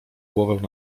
głowę